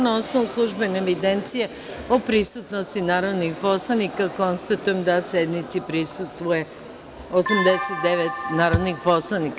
Na osnovu službene evidencije o prisutnosti narodnih poslanika, konstatujem da sednici prisustvuje 89 narodnih poslanika.